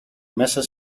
μέσα